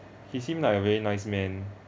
he seemed like a very nice man